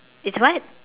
it's what